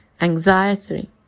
anxiety